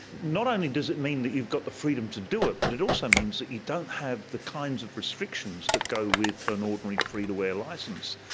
not only does it mean that you've got the freedom to do it but it also means that you don't have the kinds of restrictions that go with an ordinary free-to-air licence.